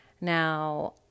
Now